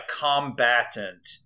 combatant